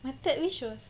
my third wish was